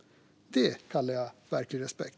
Det kallar jag verklig respekt.